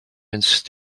have